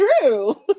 true